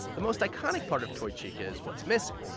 the most iconic part of toy chica is what's missing,